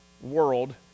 world